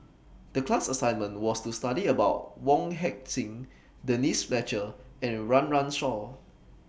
The class assignment was to study about Wong Heck Sing Denise Fletcher and Run Run Shaw